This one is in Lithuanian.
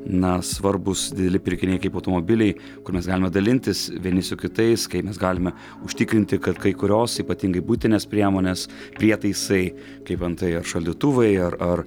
na svarbūs dideli pirkiniai kaip automobiliai kur galime dalintis vieni su kitais kai mes galime užtikrinti kad kai kurios ypatingai buitinės priemonės prietaisai kaip antai ar šaldytuvai ar ar